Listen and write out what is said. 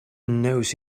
knows